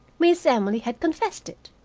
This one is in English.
miss emily had confessed it,